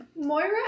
Moira